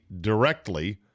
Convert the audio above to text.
directly